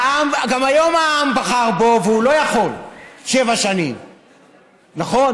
גם היום העם בחר בו, והוא לא יכול שבע שנים, נכון?